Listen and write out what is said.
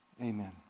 Amen